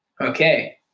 Okay